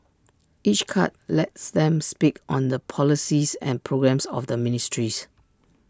each cut lets them speak on the policies and programmes of the ministries